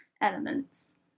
elements